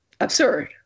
Absurd